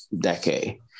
decade